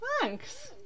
Thanks